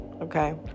okay